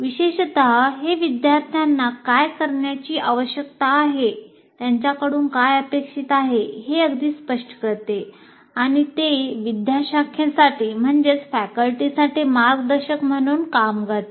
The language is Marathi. विशेषत हे विद्यार्थ्यांना काय करण्याची आवश्यकता आहे त्यांच्याकडून काय अपेक्षित आहे हे अगदी स्पष्ट करते आणि ते विद्याशाखेसाठी मार्गदर्शक म्हणून कार्य करते